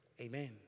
Amen